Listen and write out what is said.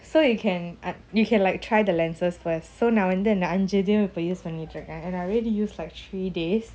so you can uh you can like try the lenses first so நான்வந்துஅஞ்சுஇதையும்:nan vandhu anju idhayum use பண்ணிட்ருக்கேன்:pannitruken and I already use like three days